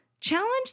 challenge